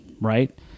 right